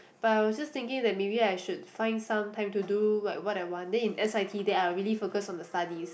but I was just thinking that maybe I should find some time to do what what I want then in s_i_t then I'll really focus on the studies